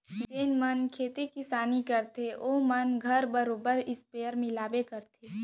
जेन मन खेती किसानी करथे ओ मन घर बरोबर इस्पेयर मिलबे करथे